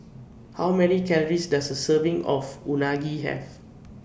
How Many Calories Does A Serving of Unagi Have